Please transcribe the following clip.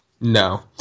No